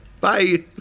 Bye